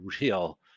real